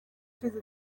چیز